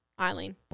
Eileen